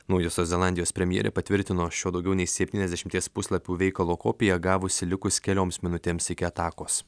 naujosios zelandijos premjerė patvirtino šio daugiau nei septyniasdešimties puslapių veikalo kopiją gavusi likus kelioms minutėms iki atakos